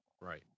Right